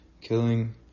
killing